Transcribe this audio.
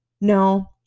No